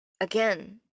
again